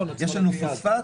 כי זה שותפויות